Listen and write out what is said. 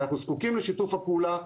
אנחנו זקוקים לשיתוף הפעולה,